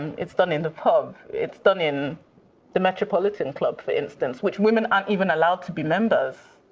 it's done in the pub. it's done in the metropolitan club, for instance, which women aren't even allowed to be members.